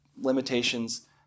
limitations